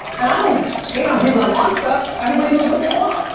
and i don't hate on people that want stuff. everybody knows what they want.